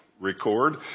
record